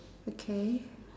okay